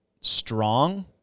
strong